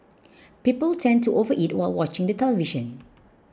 people tend to overeat while watching the television